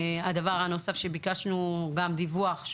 הדבר הנוסף שביקשנו דיווח לגביו,